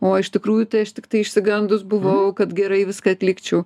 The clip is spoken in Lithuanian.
o iš tikrųjų tai aš tiktai išsigandus buvau kad gerai viską atlikčiau